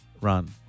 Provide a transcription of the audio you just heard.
Run